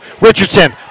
Richardson